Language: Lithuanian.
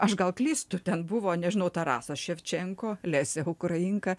aš gal klystu ten buvo nežinau tarasas ševčenko lesė ukrainka